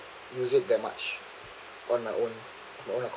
use it that much on my own my own account